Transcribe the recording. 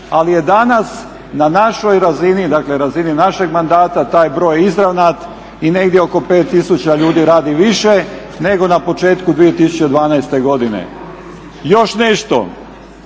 ali je danas na našoj razini, dakle razini našeg mandata taj broj izravnat i negdje oko 5000 ljudi radi više nego na početku 2012. godine. Još nešto,